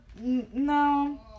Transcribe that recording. No